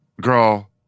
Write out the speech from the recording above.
Girl